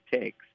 takes